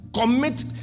Commit